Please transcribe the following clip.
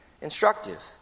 instructive